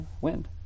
wind